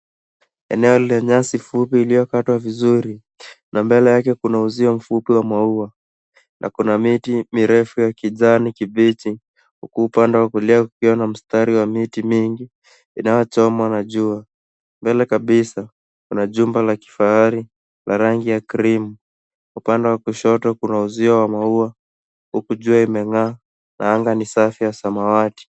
Eneo lenye nyasi fupi iliyokatwa vizuri na mbele yake kuna uzio mfupi wa maua na kuna miti mirefu ya kijani kibichi huku upande wa kulia kukiwa na mstari wa miti mingi inayochomwa na jua. Mbele kabisa kuna jumba la kifahari la rangi ya krimu. Upande wa kushoto kuna uzio wa maua huku jua umeng'aa na anga ni safi ya samawati.